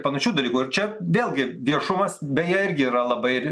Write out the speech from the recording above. panašių dalykų ir čia vėlgi viešumas beje irgi yra labai